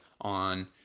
on